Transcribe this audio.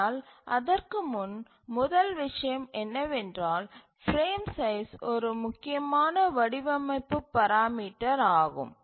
ஆனால் அதற்கு முன் முதல் விஷயம் என்னவென்றால் பிரேம் சைஸ் ஒரு முக்கியமான வடிவமைப்பு பராமீட்டர் ஆகும்